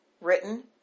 written